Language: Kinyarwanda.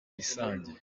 isange